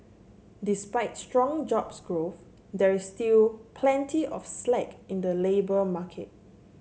despite strong jobs growth there is still plenty of slack in the labour market